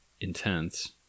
Intense